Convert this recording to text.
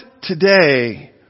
today